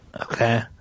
Okay